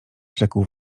rzekł